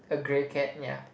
a grey cat ya